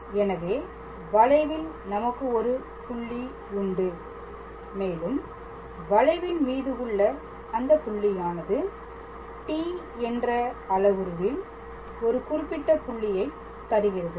எனவே வளைவில் நமக்கு ஒரு புள்ளி உண்டு மேலும் வளைவின் மீது உள்ள அந்த புள்ளியானது t என்ற அளவுருவில் ஒரு குறிப்பிட்ட புள்ளியை தருகிறது